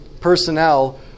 personnel